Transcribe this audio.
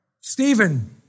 Stephen